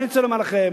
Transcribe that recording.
אני רוצה לומר לכם,